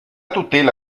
tutela